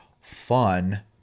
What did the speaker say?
fun